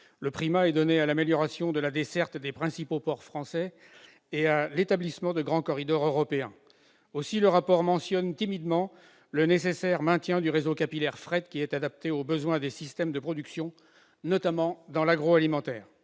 Le primat est donné à l'amélioration de la desserte des principaux ports français et à l'établissement de grands corridors européens. Aussi l'auteur du rapport mentionne-t-il timidement le nécessaire maintien du réseau capillaire fret, qui est adapté aux besoins des systèmes de production, notamment dans l'agroalimentaire.